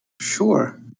Sure